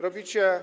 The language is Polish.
Robicie.